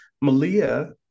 Malia